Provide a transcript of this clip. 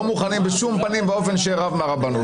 לא מוכנים בשום פנים ואופן שיהיה רב מהרבנות.